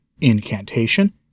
Incantation